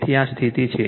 તેથી આ સ્થિતિ છે